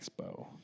Expo